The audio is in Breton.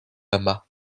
amañ